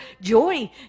joy